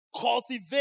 Cultivate